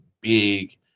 big